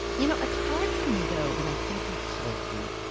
you know, it's hard for me though, when i think of soul food,